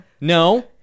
No